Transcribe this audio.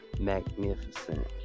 magnificent